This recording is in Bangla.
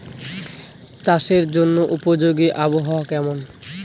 চাষের জন্য উপযোগী আবহাওয়া কেমন?